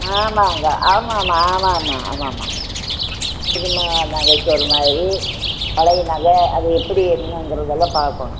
ஆமாம்ங்க ஆமாம்மா ஆமாம்மா ஆமாம்மா நகைக்கு ஒரு மாதிரி பழைய நகை அது எப்படி என்னங்கிறது எல்லாம் பாக்கணும்